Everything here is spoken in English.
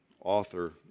author